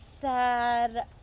sad